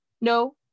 No